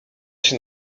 się